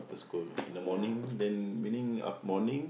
to school in the morning then meaning of morning